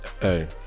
Hey